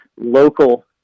local